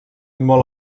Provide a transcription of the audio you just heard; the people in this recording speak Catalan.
molt